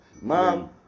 Mom